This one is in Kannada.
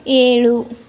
ಏಳು